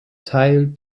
teil